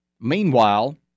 Meanwhile